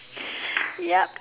yup